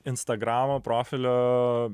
instagramo profilio